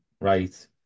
right